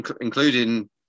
including